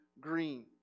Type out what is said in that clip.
Green